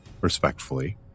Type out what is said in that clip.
respectfully